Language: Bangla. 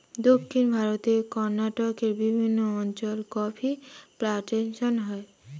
দক্ষিণ ভারতে কর্ণাটকের বিভিন্ন অঞ্চলে কফি প্লান্টেশন হয়